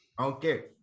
Okay